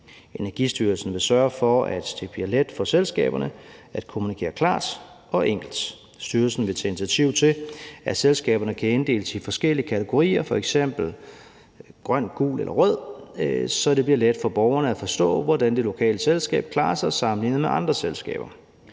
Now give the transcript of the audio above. Energistyrelsen vil sørge for, at det bliver let for selskaberne at kommunikere klart og enkelt. Styrelsen vil tage initiativ til, at selskaberne kan inddeles i forskellige kategorier, f.eks. grøn, gul eller rød, så det bliver let for borgerne at forstå, hvordan det lokale selskab klarer sig sammenlignet med andre selskaber.